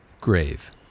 Grave